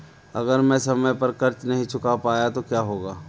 अगर मैं समय पर कर्ज़ नहीं चुका पाया तो क्या होगा?